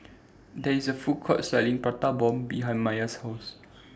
There IS A Food Court Selling Prata Bomb behind Mia's House